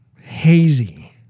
hazy